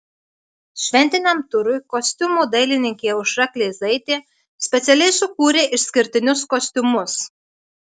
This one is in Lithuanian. šventiniam turui kostiumų dailininkė aušra kleizaitė specialiai sukūrė išskirtinius kostiumus